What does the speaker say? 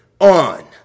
on